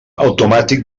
automàtic